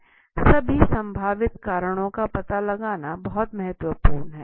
सभी संभावित कारणों का पता लगाना बहुत महत्वपूर्ण है